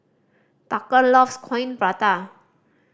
Tucker loves Coin Prata